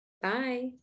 Bye